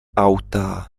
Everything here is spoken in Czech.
auta